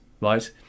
right